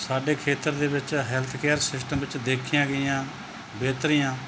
ਸਾਡੇ ਖੇਤਰ ਦੇ ਵਿੱਚ ਹੈਲਥ ਕੇਅਰ ਸਿਸਟਮ ਵਿੱਚ ਦੇਖੀਆਂ ਗਈਆਂ ਬਿਹਤਰੀਆਂ